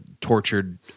tortured